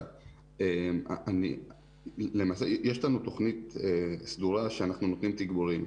יש לנו תכנית סדורה שאנחנו נותנים תיגבורים.